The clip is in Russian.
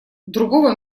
другого